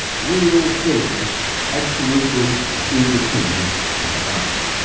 real things absolutely independent of us.